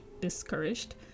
discouraged